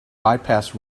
bypass